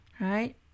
right